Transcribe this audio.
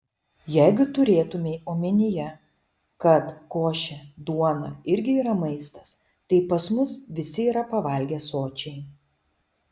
jeigu turėtumei omenyje kad košė duona irgi yra maistas tai pas mus visi yra pavalgę sočiai